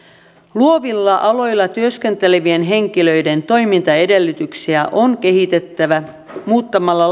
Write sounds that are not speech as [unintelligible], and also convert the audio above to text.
luovilla aloilla työskentelevien henkilöiden toimintaedellytyksiä on kehitettävä muuttamalla [unintelligible]